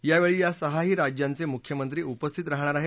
यावेळी या सहाही राज्यांचे मुख्यमंत्री उपस्थित राहणार आहेत